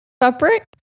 fabric